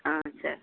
ஆ சரி